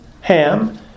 Ham